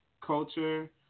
culture